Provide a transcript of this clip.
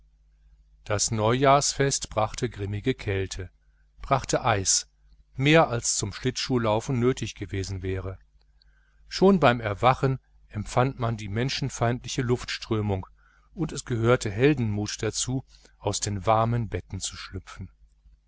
das neujahrsfest brachte grimmige kälte brachte eis mehr als zum schlittschuhlaufen nötig gewesen wäre schon beim erwachen empfand man die menschenfeindliche luftströmung und es gehörte heldenmut dazu aus den warmen betten zu schlupfen